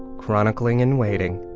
chronicling and waiting.